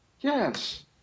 Yes